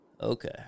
Okay